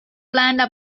planned